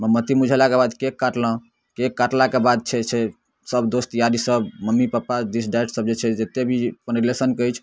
मोमबत्ती मिझेलाके बाद केक काटलहुँ केक काटलाके बाद छै से सभ दोस्त यारी सभ मम्मी पापा दिस देट सभ जे छै से जते भी अपन रिलेशनके अछि